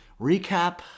recap